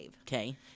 Okay